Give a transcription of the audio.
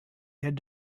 had